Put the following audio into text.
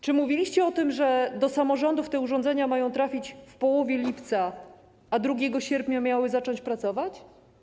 Czy mówiliście o tym, że do samorządów te urządzenia mają trafić w połowie lipca, a 2 sierpnia miały zacząć pracować?